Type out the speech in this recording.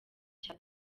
cya